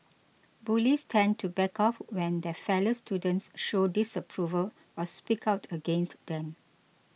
bullies tend to back off when their fellow students show disapproval or speak out against them